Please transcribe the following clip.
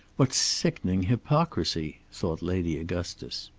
what sickening hypocrisy! thought lady augustus.